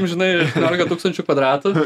nu žinai aštuoniolika tūkstančių kvadratų